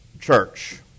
church